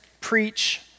preach